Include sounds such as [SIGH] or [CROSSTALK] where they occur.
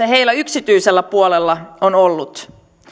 [UNINTELLIGIBLE] heillä yksityisellä puolella ovat olleet